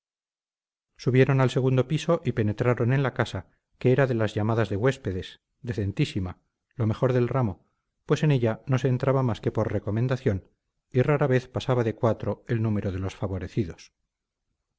subieron al segundo piso y penetraron en la casa que era de las llamadas de huéspedes decentísima lo mejor del ramo pues en ella no se entraba más que por recomendación y rara vez pasaba de cuatro el número de los favorecidos